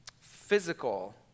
physical